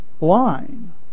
line